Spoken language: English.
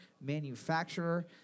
manufacturer